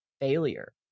failure